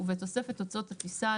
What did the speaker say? ובתוספת הוצאות הטיסה,